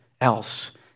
else